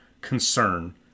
concern